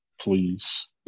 Please